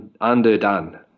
underdone